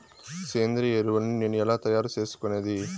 సేంద్రియ ఎరువులని నేను ఎలా తయారు చేసుకునేది?